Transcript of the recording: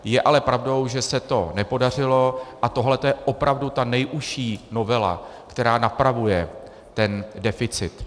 Je ale pravdou, že se to nepodařilo, a tohle je opravdu ta nejužší novela, která napravuje ten deficit.